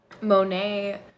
Monet